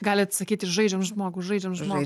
galit sakyti žaidžiam žmogų žaidžiam žmogų